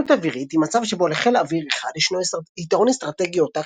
עליונות אווירית היא מצב שבו לחיל אוויר אחד ישנו יתרון אסטרטגי או